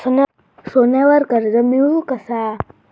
सोन्यावर कर्ज मिळवू कसा?